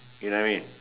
you know what I mean